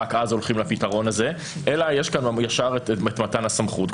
רק אז הולכים לפתרון הזה אלא יש כאן ישר את מתן הסמכות.